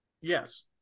Yes